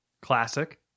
Classic